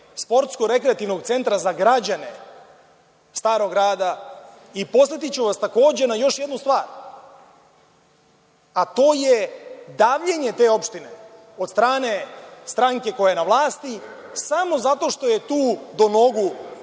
sportsko-rekreativnog centra za građane Starog Grada i podsetiću vas takođe na još jednu stvar, a to je davljenje te opštine od strane stranke koja je na vlasti samo zato što je tu do nogu potučena